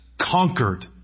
conquered